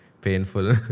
painful